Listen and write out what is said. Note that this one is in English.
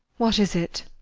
what is it?